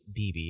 bb